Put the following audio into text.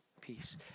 peace